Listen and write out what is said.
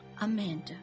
Amanda